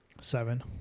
Seven